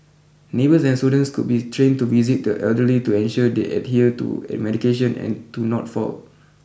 neighbours and students could be trained to visit the elderly to ensure they adhere to medication and do not fall